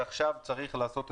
עכשיו אני מתנצל אם פגעתי